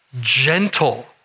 gentle